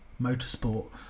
Motorsport